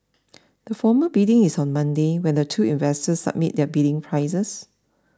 the formal bidding is on Monday when the two investors submit their bidding prices